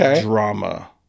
drama